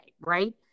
right